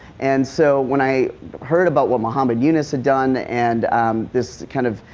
and so, when i heard about what muhammad yunus had done and this, kind of,